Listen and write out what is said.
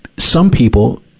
some people,